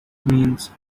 means